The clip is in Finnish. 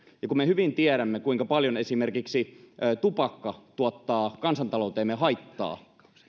kun me hyvin tiedämme kuinka paljon esimerkiksi tupakka tuottaa kansantalouteemme haittaa